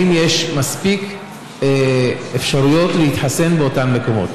יש לו מספיק אפשרויות להתחסן באותם מקומות?